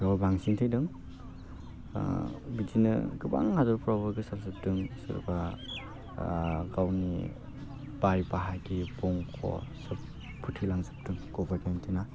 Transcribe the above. बेयाव बांसिन थैदों बिदिनो गोबां हादरफ्रावबो गोसारजोबदों सोरबा गावनि बाय बाहागि बंख' फोथैलांजोबदों कभिड नाइन्टिना